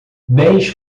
bens